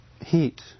heat